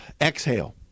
exhale